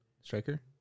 striker